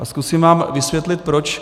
A zkusím vám vysvětlit proč.